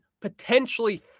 potentially